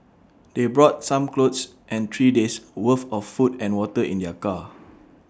they brought some clothes and three days' worth of food and water in their car